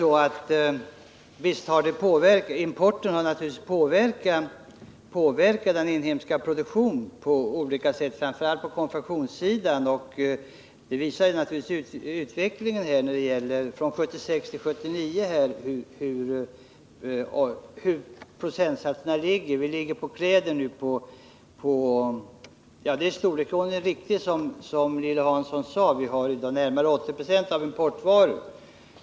Visst har importen påverkat den inhemska produktionen på olika sätt och framför allt på konfektionssidan. Utvecklingen från 1976 till 1979 visar hur procentsatserna ligger. Som Lilly Hansson mycket riktigt sade importerar vi närmare 80 Zo av våra textilvaror.